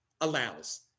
allows